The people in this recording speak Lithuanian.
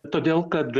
todėl kad